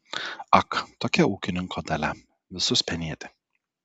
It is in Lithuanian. ak tokia ūkininko dalia visus penėti